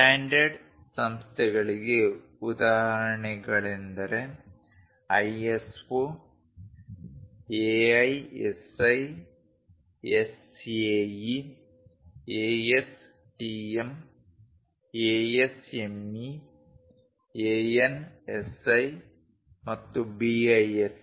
standard ಸಂಸ್ಥೆಗಳಿಗೆ ಉದಾಹರಣೆಗಳೆಂದರೆ ISO AISI SAE ASTM ASME ANSI ಮತ್ತು BIS